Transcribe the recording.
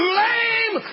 lame